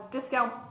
discount